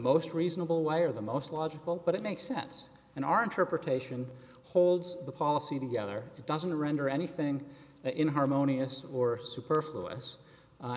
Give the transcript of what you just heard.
most reasonable way or the most logical but it makes sense and our interpretation holds the policy together it doesn't render anything in harmonious or superfluous